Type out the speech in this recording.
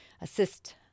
assist